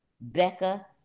Becca